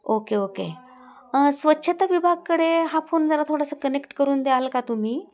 okay okay स्वच्छता विभागाकडे हा फोन जरा थोडंसं कनेक्ट करून द्यालं का तुम्ही